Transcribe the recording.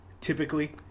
typically